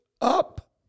up